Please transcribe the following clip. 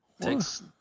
Thanks